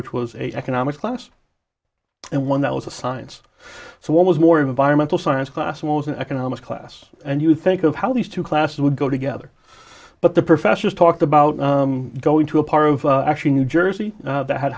which was a economics class and one that was a science so was more environmental science class was an economics class and you think of how these two classes would go together but the professors talked about going to a part of actually new jersey that had